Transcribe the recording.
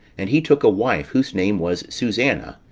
and he took a wife, whose name was susanna,